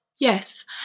Yes